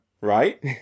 right